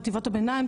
חטיבות הביניים,